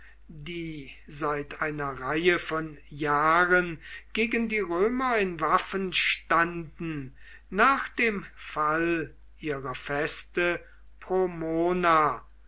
die seit einer reihe von jahren gegen die römer in waffen standen nach dem fall ihrer feste